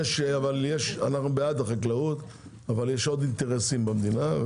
בעד החקלאות אבל יש עוד אינטרסים במדינה,